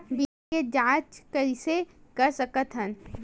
बीमा के जांच कइसे कर सकत हन?